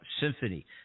symphony